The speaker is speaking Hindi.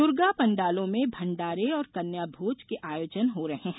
द्र्गा पंडालों में भंडारे और कन्या भोज के आयोजन हो रहे है